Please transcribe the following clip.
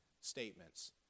statements